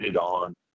on